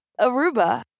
Aruba